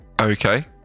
Okay